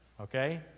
Okay